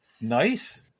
nice